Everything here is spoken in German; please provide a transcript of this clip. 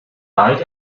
bald